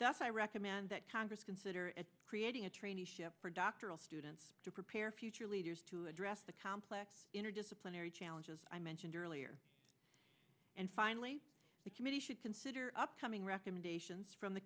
i recommend that congress consider at creating a traineeship for doctoral students to prepare future leaders to address the complex interdisciplinary challenges i mentioned earlier and finally the committee should consider upcoming recommendations from the